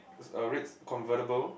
it's a reds uh convertible